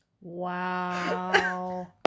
Wow